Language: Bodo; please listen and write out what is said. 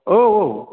औ औ